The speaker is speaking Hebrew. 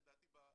לדעתי,